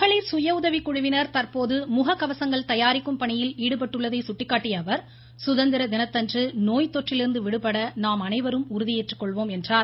மகளிர் சுயஉதவிக்குழுவினர் தற்போது முக கவசங்கள் தயாரிக்கும் பணியில் ஈடுபட்டுள்ளதை சுட்டிக்காட்டிய அவர் சுதந்திர தினத்தன்று நோய்த்தொற்றிலிருந்து விடுபட நாம் அனைவரும் உறுதியேற்றுக்கொள்வோம் என்றார்